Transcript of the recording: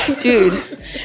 Dude